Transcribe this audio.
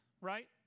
right